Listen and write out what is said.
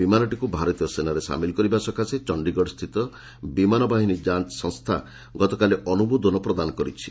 ବିମାନଟିକୁ ଭାରତୀୟ ସେନାରେ ସାମିଲ କରିବା ସକାଶେ ଚଣ୍ଡୀଗଡ଼ସ୍ଥିତ ବିମାନ ବାହିନୀ ଯାଞ୍ଚ ସଂସ୍ଥା ଗତକାଲି ଅନୁମୋଦନ ପ୍ରଦାନ କରିଛନ୍ତି